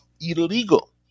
illegal